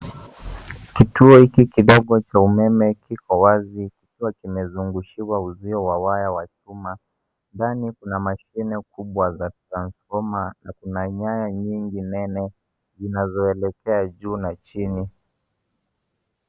Kituo hiki kidogo cha umeme kiko wazi kikiwa kimezungukiwa ujio wa waya wa chuma. Ndani kuna mashine kubwa za transformer na tuna nyanya nyingi nene zinazoelekea juu na chini.